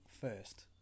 first